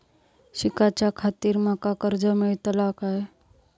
शिकाच्याखाती माका कर्ज मेलतळा काय?